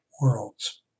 worlds